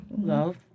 Love